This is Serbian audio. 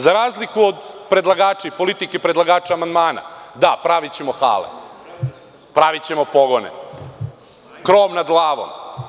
Za razliku od predlagača i politike predlagača amandmana, da, previćemo hale, pravićemo pogone, krov nad glavom.